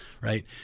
right